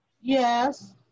Yes